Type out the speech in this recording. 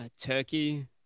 turkey